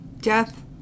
Death